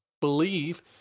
believe